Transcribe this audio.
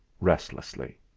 restlessly